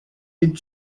did